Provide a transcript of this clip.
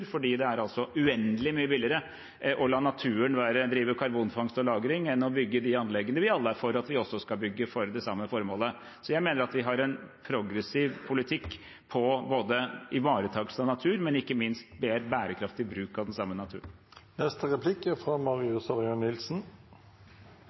fordi det er uendelig mye billigere å la naturen drive karbonfangst og -lagring enn å bygge de anleggene vil alle er for at vi også skal bygge for det samme formålet. Jeg mener at vi har en progressiv politikk for både ivaretakelse av natur og ikke minst bærekraftig bruk av den samme naturen.